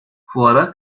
fuara